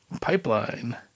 Pipeline